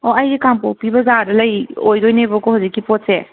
ꯑꯣ ꯑꯩꯁꯦ ꯀꯥꯡꯄꯣꯛꯄꯤ ꯕꯖꯥꯔꯗ ꯂꯩ ꯑꯣꯏꯗꯣꯏꯅꯦꯕꯀꯣ ꯍꯧꯖꯤꯛꯀꯤ ꯄꯣꯠꯁꯦ